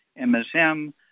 MSM